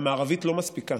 ה'מערבית' לא מספיקה.